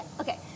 okay